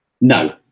no